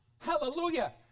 hallelujah